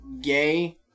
gay